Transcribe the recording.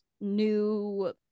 new